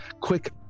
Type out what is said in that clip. quick